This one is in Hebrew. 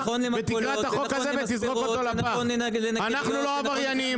אנחנו לא עבריינים,